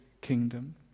kingdom